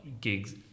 gigs